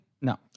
no